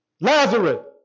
Lazarus